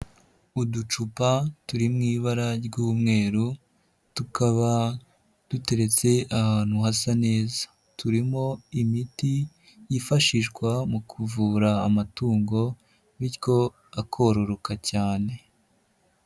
Uducupa turi mu ibara ry'umweru, tukaba duteretse ahantu hasa neza, turimo imiti yifashishwa mu kuvura amatungo, bityo akororoka cyane.